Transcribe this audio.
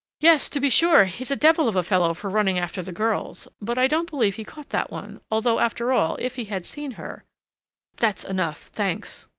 yes, to be sure he's a devil of a fellow for running after the girls. but i don't believe he caught that one although, after all, if he had seen her that's enough, thanks!